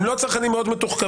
הם לא צרכנים מאוד מתוחכמים,